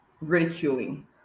ridiculing